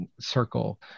circle